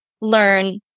learn